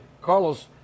Carlos